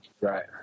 Right